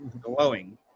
glowing